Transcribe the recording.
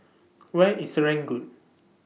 Where IS Serangoon